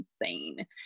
insane